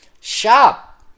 shop